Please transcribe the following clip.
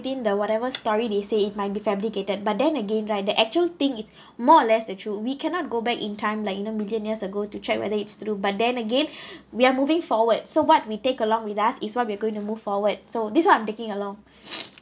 thin~ the whatever story they say it might be fabricated but then again right the actual thing it's more or less the truth we cannot go back in time like you know million years ago to check whether it's true but then again we are moving forward so what we take along with us is what we're going to move forward so this one I'm taking along